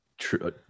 true